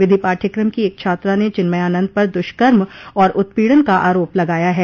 विधि पाठ्यक्रम की एक छात्रा ने चिन्मयानंद पर दुष्कर्म और उत्पीडन का आरोप लगाया है